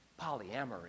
polyamory